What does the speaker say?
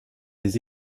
les